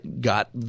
got